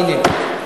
מי נגד?